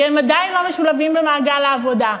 כי הם עדיין לא משולבים במעגל העבודה.